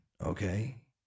okay